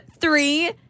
three